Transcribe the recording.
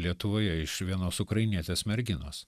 lietuvoje iš vienos ukrainietės merginos